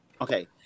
okay